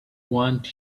want